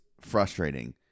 frustrating